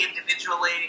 individually